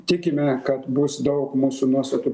tikime kad bus daug mūsų nuostatų